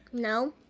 no,